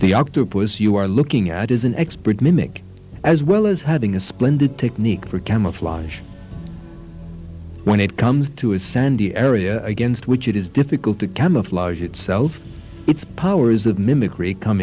octopus you are looking at is an expert mimic as well as having a splendid take need for camouflage when it comes to his sandy area against which it is difficult to camouflage itself its powers of mimicry come